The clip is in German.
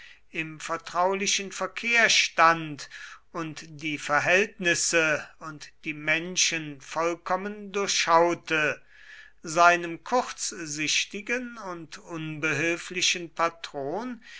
im vertraulichen verkehr stand und die verhältnisse und die menschen vollkommen durchschaute seinem kurzsichtigen und unbehilflichen patron